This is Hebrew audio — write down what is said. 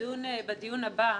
נדון בדיון הבא.